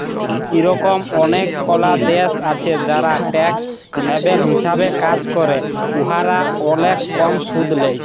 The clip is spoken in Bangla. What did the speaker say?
ইরকম অলেকলা দ্যাশ আছে যারা ট্যাক্স হ্যাভেল হিসাবে কাজ ক্যরে উয়ারা অলেক কম সুদ লেই